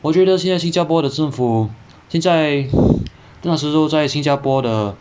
我觉得现在新加坡的政府现在 在新加坡的